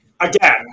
Again